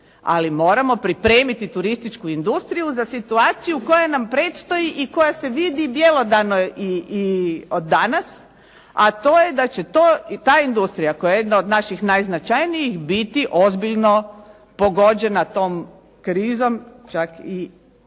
ali moramo pripremiti turističku industriju za situaciju koja nam predstoji i koja se vidi bjelodano i od danas, a to je da će ta industrija koja je jedna od naših najznačajnijih, biti ozbiljno pogođena tom krizom, čak i izvan